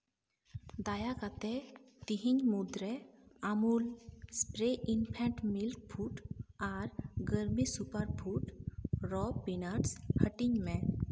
ᱫᱟᱭᱟ ᱠᱟᱛᱮ ᱛᱮᱦᱮᱧ ᱢᱩᱫᱽᱨᱮ Amul spray infant milk food ᱟᱨ ᱜᱚᱨᱢᱤ ᱥᱩᱯᱟᱨ ᱯᱷᱩᱰ ᱨᱚ ᱯᱤᱱᱟᱴᱥ ᱦᱟᱹᱴᱤᱧ ᱢᱮ